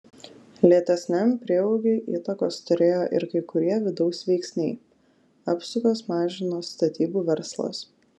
lėtesniam prieaugiui įtakos turėjo ir kai kurie vidaus veiksniai apsukas mažino statybų verslas